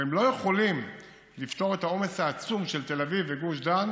אבל הם לא יכולים לפתור את העומס העצום של תל אביב וגוש דן